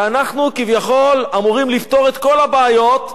ואנחנו כביכול אמורים לפתור את כל הבעיות,